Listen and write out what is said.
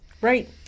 Right